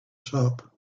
shop